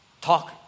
Talk